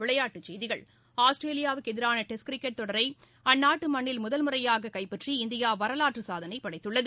விளையாட்டு செய்திகள் ஆஸ்திரேலியாவுக்கு எதிரான டெஸ்ட் கிரிக்கெட் போட்டி தொடரை அந்நாட்டு மண்ணில் முதன் முறையாக கைப்பற்றி இந்தியா வரலாற்று சாதனை படைத்துள்ளது